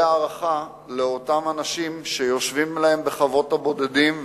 הערכה לאותם אנשים שיושבים להם בחוות הבודדים,